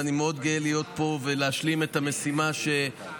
ואני מאוד גאה להיות פה ולהשלים את המשימה שהבטחנו.